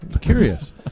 Curious